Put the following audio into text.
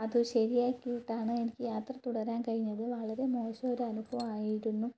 അതു ശരിയാക്കിയിട്ടാണ് എനിക്കു യാത്ര തുടരാൻ കഴിഞ്ഞത് വളരെ മോശം ഒരു അനുഭവം ആയിരുന്നു